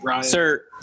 sir